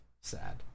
sad